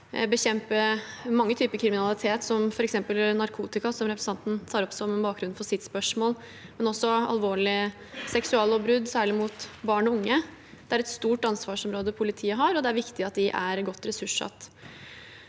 bekjempe mange typer kriminalitet, som f.eks. narkotika, som representanten tar opp som bakgrunn for sitt spørsmål, og også alvorlige seksuallovbrudd, særlig mot barn og unge. Det er et stort ansvarsområde politiet har, og det er viktig at de er godt ressurssatt.